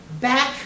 back